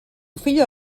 figlio